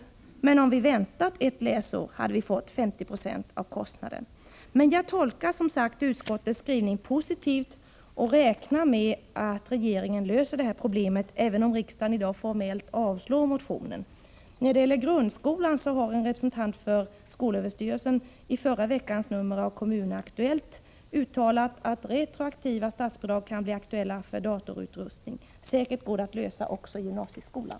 Om vi hade väntat ett läsår, hade vi fått 50 20 av kostnaden. Men jag tolkar som sagt utskottets skrivning positivt och räknar med att regeringen löser problemet, även om riksdagen i dag formellt avslår min När det gäller grundskolan uttalade en representant för skolöverstyrelsen i förra veckans nummer av Kommun Aktuellt att det kan bli aktuellt med retroaktiva statsbidrag för inköp av datautrustning. Säkert går det att lösa denna fråga också för gymnasieskolan.